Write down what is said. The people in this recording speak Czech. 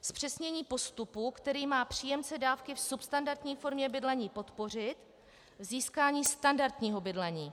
Zpřesnění postupu, který má příjemce dávky v substandardní formě bydlení podpořit k získání standardního bydlení.